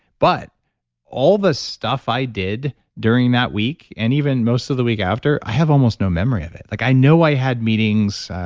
but all the stuff i did during that week and even most of the week after, i have almost no memory of it. like i know i had meetings.